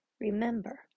Remember